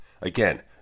Again